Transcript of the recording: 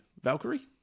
Valkyrie